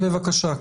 בבקשה,